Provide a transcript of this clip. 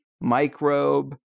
microbe